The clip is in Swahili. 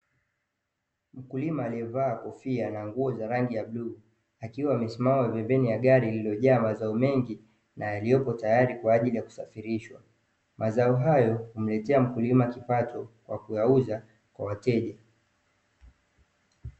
Mkulima aliyevaa kofia na nguo za rangi ya bluu, akiwa amesimama pembeni ya gari lililojaa mazao mengi na yaliyopo tayari kwa ajili ya kusafirishwa. Mazao hayo humletea mkulima kipato kwa kuyauza kwa wateja.